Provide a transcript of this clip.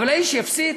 אבל האיש יפסיד.